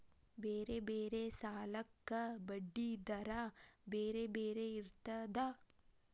ಬೇರೆ ಬೇರೆ ಸಾಲಕ್ಕ ಬಡ್ಡಿ ದರಾ ಬೇರೆ ಬೇರೆ ಇರ್ತದಾ?